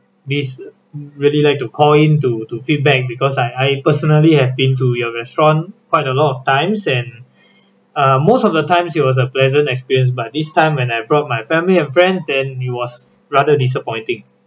this really like to call in to to feedback because I I personally have been to your restaurant quite a lot of times and uh most of the times it was a pleasant experience but this time when I brought my family and friends then it was rather disappointing